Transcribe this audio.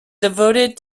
devoted